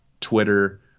Twitter